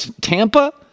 Tampa